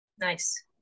Nice